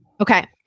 okay